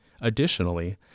Additionally